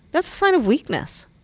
that's a sign of weakness.